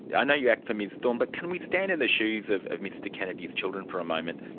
i know you act for ms thorne, but can we stand in the shoes of of mr kennedy's children for a moment.